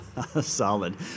Solid